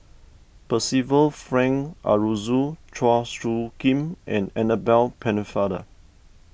Percival Frank Aroozoo Chua Soo Khim and Annabel Pennefather